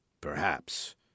Perhaps